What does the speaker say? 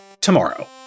tomorrow